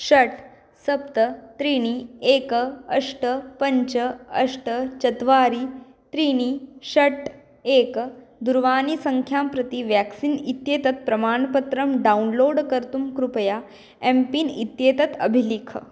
षट् सप्त त्रीणि एकं अष्ट पञ्च अष्ट चत्वारि त्रीणि षट् एकं दूरवाणीसङ्ख्यां प्रति व्याक्सीन् इत्येतत् प्रमाणपत्रं डौन्लोड् कर्तुं कृपया एम् पिन् इत्येतत् अभिलिख